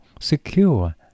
secure